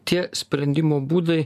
tie sprendimo būdai